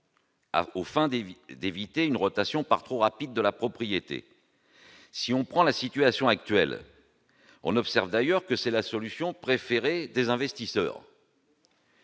afin d'éviter une rotation par trop rapide de la propriété. Si l'on observe la situation actuelle, on constate d'ailleurs que c'est là la solution préférée des investisseurs.